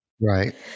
Right